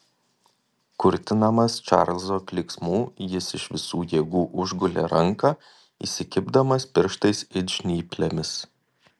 kurtinamas čarlzo klyksmų jis iš visų jėgų užgulė ranką įsikibdamas pirštais it žnyplėmis